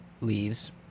leaves